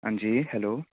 हां जी हैलो